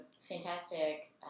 fantastic